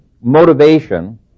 motivation